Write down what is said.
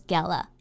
Gala